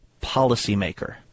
policymaker